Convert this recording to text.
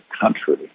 country